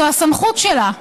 זו הסמכות שלה,